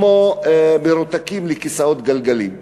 כמו מרותקים לכיסאות גלגלים.